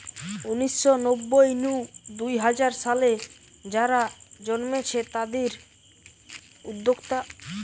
উনিশ শ নব্বই নু দুই হাজার সালে যারা জন্মেছে তাদির উদ্যোক্তা